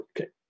Okay